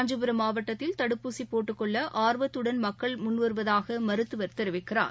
காஞ்சிபுரம் மாவட்டத்தில் தடுப்பூசி போட்டுக்கொள்ள ஆர்வத்துடன் மக்கள் முன்வருவதாக மருத்துவர் தெரிவிக்கிறார்